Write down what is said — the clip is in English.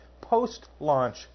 post-launch